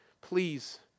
Please